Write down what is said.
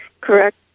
correct